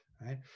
right